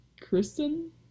Kristen